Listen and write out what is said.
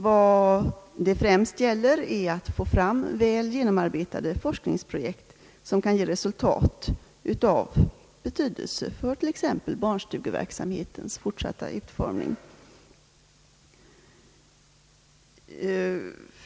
Vad det främst gäller är att få fram väl genomarbetade forskningsprojekt som kan ge resultat av betydelse för t.ex. barnstugeverksamhetens fortsatta utformning.